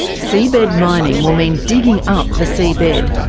seabed mining will mean digging up the seabed.